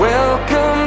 Welcome